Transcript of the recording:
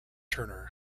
turner